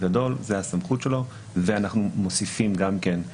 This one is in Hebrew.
בגדול זו הסמכות שלו ואנחנו גם מוסיפים שהוא